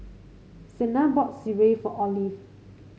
Sena bought sireh for Olive